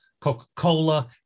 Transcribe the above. Coca-Cola